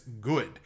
good